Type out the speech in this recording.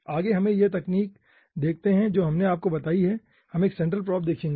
आगे हमें यह तकनीक देखते है जो मैंने आपको बताइ है हम एक सेंट्रल प्रोब देखेंगे